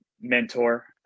mentor